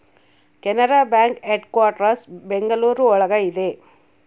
Canara bank headquarters Bengaluru ಒಳಗ ಇದೆ